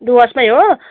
डुवर्समै हो